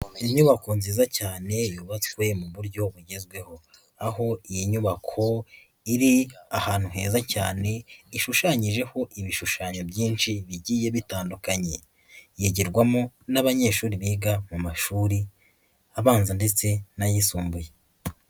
Inyubako nziza cyane yubatswe mu buryo bugezweho, aho iyi nyubako iri ahantu heza cyane ishushanyijeho ibishushanyo byinshi bigiye bitandukanye, yigirwarwamo n'abanyeshuri biga mu mashuri abanza ndetse n'ayisumbuye.